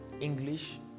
English